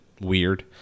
weird